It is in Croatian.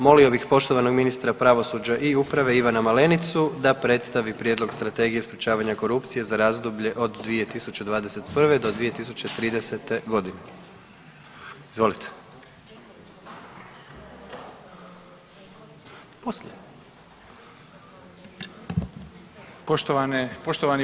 Molio bih poštovanog ministra pravosuđa i uprave Ivana Malenicu da predstavi Prijedlog Strategije sprječavanja korupcije za razdoblje od 2021.-2030. g. Izvolite.